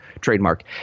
trademark